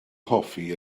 hoffi